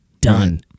Done